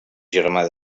germà